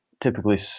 typically